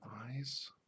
eyes